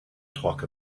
talk